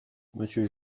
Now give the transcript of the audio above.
monsieur